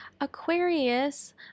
Aquarius